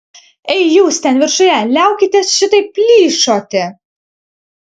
ei jūs ten viršuje liaukitės šitaip plyšoti